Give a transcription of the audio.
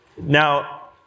Now